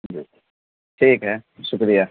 جی ٹھیک ہے شکریہ